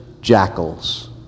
jackals